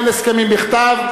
אין הסכמים בכתב,